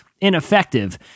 ineffective